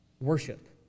worship